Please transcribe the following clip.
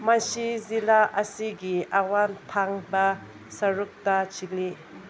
ꯃꯁꯤ ꯖꯤꯜꯂꯥ ꯑꯁꯤꯒꯤ ꯑꯋꯥꯡ ꯊꯪꯕ ꯁꯔꯨꯛꯇ ꯆꯦꯜꯂꯤ